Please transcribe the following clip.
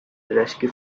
rescue